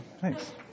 thanks